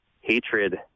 hatred